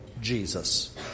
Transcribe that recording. Jesus